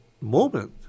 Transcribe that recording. moment